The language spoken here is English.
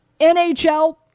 NHL